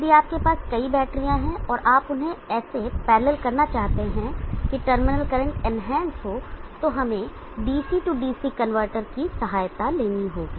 यदि आपके पास कई बैटरियां हैं और आप उन्हें ऐसे पैरलल करना चाहते हैं कि टर्मिनल करंट इनहैंस हो तो हमें DC DC कनवर्टर की सहायता लेनी होगी